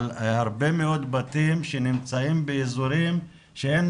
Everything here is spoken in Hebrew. על הרבה מאוד בתים שנמצאים באזורים שאין